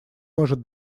может